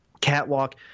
catwalk